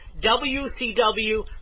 WCW